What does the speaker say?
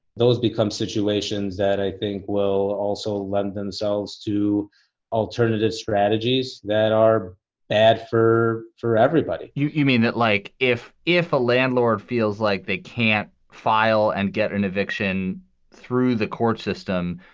those become situations that i think will also lend themselves to alternative strategies that are bad for for everybody you you mean that like if if a landlord feels like they can't file and get an eviction through the court system,